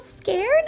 scared